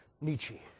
Nietzsche